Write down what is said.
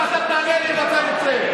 למה דחיתם את זה?